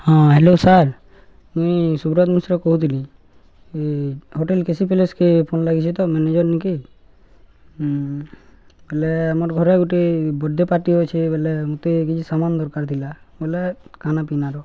ହଁ hello sir ମୁଇଁ ସୁଭ୍ରଜ ମିଶ୍ର କହୁଥିଲି ଏ ହୋଟେଲ୍ କେସି ପ୍ୟାଲେସ୍ ଫୋନ୍ ଲାଗିଛି ତ ମ୍ୟାନେଜର୍ ନେ କି ବୋଲେ ଆମର୍ ଘରେ ଗୋଟେ ବର୍ଥଡ଼େ ପାର୍ଟି ଅଛେ ବୋଲେ ମୋତେ କିଛି ସାମାନ ଦରକାର ଥିଲା ବୋଲେ ଖାନା ପିିନାର